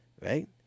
Right